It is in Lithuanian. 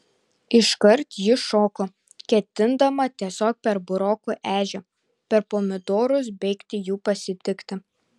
iškart ji šoko ketindama tiesiog per burokų ežią per pomidorus bėgti jų pasitikti